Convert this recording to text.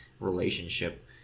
relationship